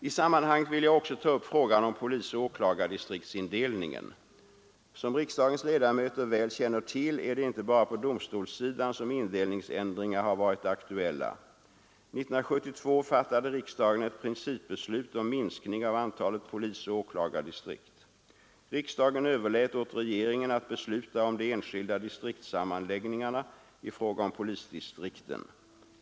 I sammanhanget vill jag också ta upp frågan om polisoch åklagardistriktsindelningen. Som riksdagens ledamöter väl känner till är det inte bara på domstolssidan som indelningsändringar har varit aktuella. 1972 fattade riksdagen ett principbeslut om en minskning av antalet polisoch åklagardistrikt. Riksdagen överlät åt regeringen att besluta om de enskilda distriktssammanläggningarna i fråga om polisdistrikten.